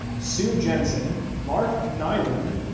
sue jansen, mark nyland,